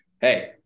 Hey